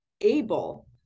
able